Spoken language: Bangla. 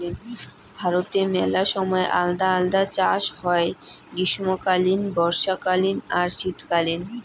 ভারতে মেলা সময় আলদা আলদা চাষ হই গ্রীষ্মকালীন, বর্ষাকালীন আর শীতকালীন